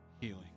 Healing